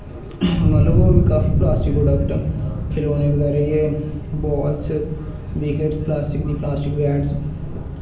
मतलब होर बी काफी पलास्टिक प्रॉडक्ट ख्लौने बगैरा बॉलस बिकट प्लास्टिक प्लास्टिक बैटस